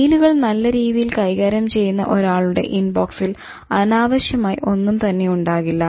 മെയിലുകൾ നല്ല രീതിയിൽ കൈകാര്യം ചെയ്യുന്ന ഒരാളുടെ ഇൻബോക്സിൽ അനാവശ്യമായി ഒന്നും തന്നെ ഉണ്ടാകില്ല